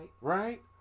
Right